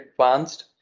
advanced